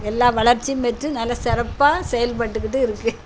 எல்லா வளர்ச்சியும் பெற்று நல்லா சிறப்பாக செயல்பட்டுக்கிட்டு இருக்குது